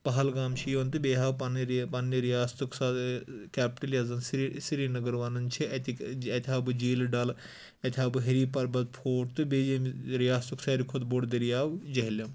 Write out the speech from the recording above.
پہلگام چھُ یِوان تہٕ بیٚیہِ ہاو پںنہِ رِ پننہِ رِیاستُک کٮ۪پٹٕل یَتھ زَن سری سرینگر وَنان چھِ اَتِکۍ اَتہِ ہاو بہٕ جھیلہِ ڈَل اَتہِ ہاو بہٕ ہاری پَربت فوٹ تہٕ بیٚیہِ ییٚمہِ رِیاستُک ساروی کھۄت بوٚڈ دٔریاو جہلِم